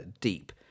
deep